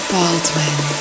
Baldwin